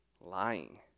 Lying